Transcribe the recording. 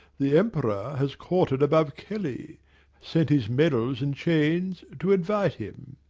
the emperor has courted above kelly sent his medals and chains, to invite him.